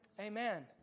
Amen